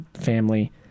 family